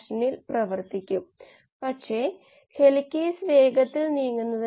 r3 plus r4 പിന്നെ r3യും r4ഉംഅത്കൊണ്ട് r നോട്ട് സമം r3 പ്ളസ് r4r1 സമം r3r2 സമം r4 എന്നിങ്ങനെ പോകുന്നു